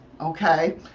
okay